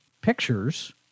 Pictures